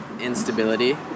instability